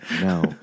No